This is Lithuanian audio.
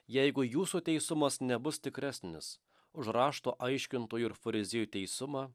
jeigu jūsų teisumas nebus tikresnis už rašto aiškintojų ir fariziejų teisumą